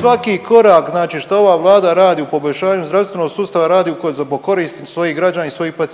Svaki korak znači šta ova Vlada radi u poboljšanju zdravstvenog sustava radi u korist svojih građana i svojih pacijenata